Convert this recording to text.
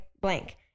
blank